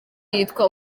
yitwa